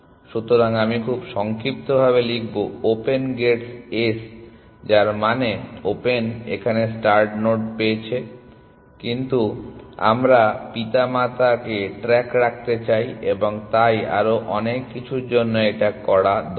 সুতরাং আমি খুব সংক্ষিপ্তভাবে লিখব ওপেন গেটস S যার মানে ওপেন এখানে স্টার্ট নোড পেয়েছে কিন্তু আমরা পিতামাতার ট্র্যাক রাখতে চাই এবং তাই আরও অনেক কিছুর জন্য এটা করা দরকার